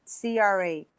CRA